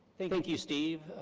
thank thank you steve.